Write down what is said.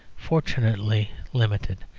fortunately, limited,